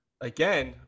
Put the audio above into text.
again